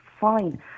fine